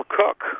cook